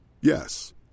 Yes